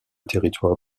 territoire